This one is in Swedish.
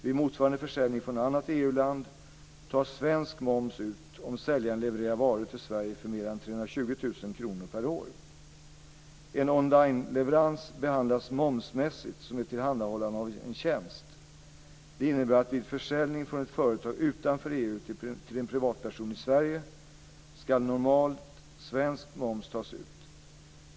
Vid motsvarande försäljning från annat EU-land tas svensk moms ut om säljaren levererar varor till Sverige för mer än 320 000 kr per år. En onlineleverans behandlas momsmässigt som ett tillhandahållande av en tjänst. Det innebär att vid försäljning från ett företag utanför EU till en privatperson i Sverige ska normalt svensk moms tas ut.